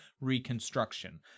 Reconstruction